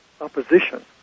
opposition